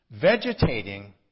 Vegetating